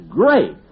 great